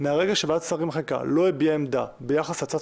מהרגע שוועדת שרים לחקיקה לא הביעה עמדה ביחס להצעת